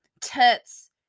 tits